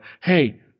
hey